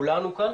כולנו כאן